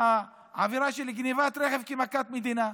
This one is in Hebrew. העבירה של גנבת רכב כמכת מדינה.